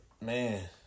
Man